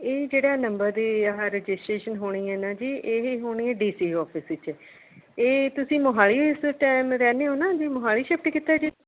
ਇਹ ਜਿਹੜਾ ਨੰਬਰ ਦੀ ਆਹ ਰਜਿਸਟ੍ਰੇਸ਼ਨ ਹੋਣੀ ਆ ਨਾ ਜੀ ਇਹ ਹੋਣੀ ਹੈ ਡੀ ਸੀ ਔਫ਼ਿਸ ਵਿੱਚ ਇਹ ਤੁਸੀਂ ਮੋਹਾਲੀ ਇਸ ਟੈਮ ਰਹਿਨੇ ਹੋ ਨਾ ਜੀ ਮੋਹਾਲੀ ਸ਼ਿਫ਼ਟ ਕੀਤਾ ਜੀ ਤੁਸੀਂ